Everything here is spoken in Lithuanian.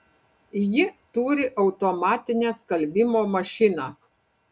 ji turi automatinę skalbimo mašiną